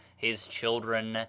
his children,